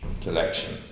collection